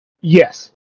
Yes